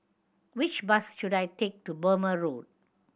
which bus should I take to Burmah Road